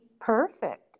perfect